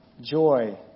joy